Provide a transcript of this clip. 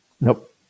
nope